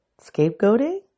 scapegoating